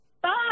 Bye